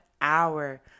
hour